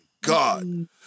God